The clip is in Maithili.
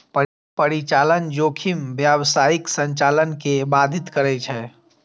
परिचालन जोखिम व्यावसायिक संचालन कें बाधित करै छै